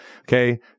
Okay